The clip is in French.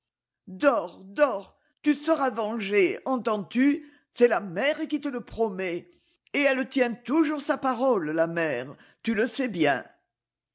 dors dors tu seras vengé entends-tu c'est la mère qui le promet et elle tient toujours sa parole la mère tu le sais bien